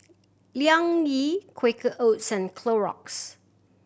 Liang Yi Quaker Oats and Clorox